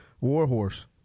Warhorse